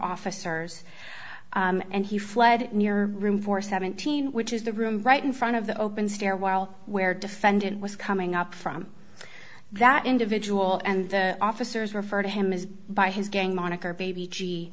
officers and he fled in your room for seventeen which is the room right in front of the open stairwell where defendant was coming up from that individual and the officers refer to him is by his gang moniker baby